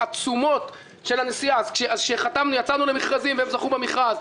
כתוב: "התוספת בתקציב מעוררת קשיים".